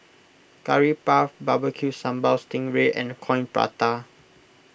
Curry Puff Barbecue Sambal Sting Ray and Coin Prata